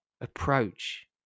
approach